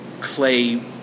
clay